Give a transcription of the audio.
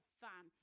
fun